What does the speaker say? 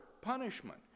punishment